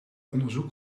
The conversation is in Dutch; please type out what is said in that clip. onderzoek